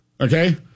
okay